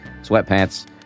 sweatpants